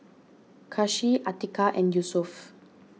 Kasih Atiqah and Yusuf